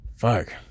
fuck